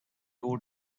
two